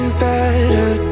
better